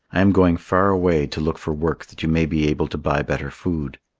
i am going far away to look for work that you may be able to buy better food.